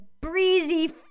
breezy